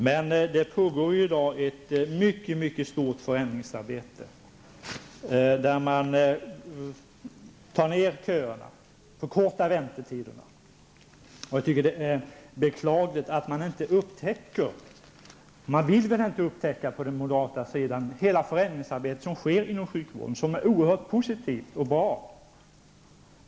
Det pågår emellertid i dag ett mycket stort förändringsarbete som syftar till att minska köerna och förkorta väntetiderna. Det är beklagligt att man på den moderata sidan inte upptäcker -- man vill väl inte upptäcka -- hela det förändringsarbete som sker inom sjukvården, som är oerhört positivt och bra.